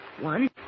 One